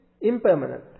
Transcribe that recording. impermanent